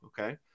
Okay